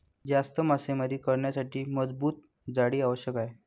जास्त मासेमारी करण्यासाठी मजबूत जाळी आवश्यक आहे